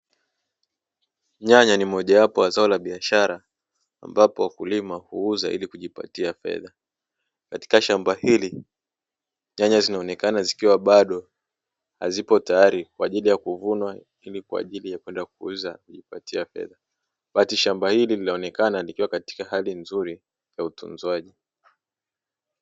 Nyanya ni moja wapo ya zao la biashara ambapo wakulima huuza na kujipatia fedha, katika shamba hili nyanya zinaonekana zikiwa bado hazipo tayari kwa ajili ya kuvunwa na kuuzwa na kujipatia fedha, shamba hili linaonekana likiwa katika hali nzuri ya utunzwaji.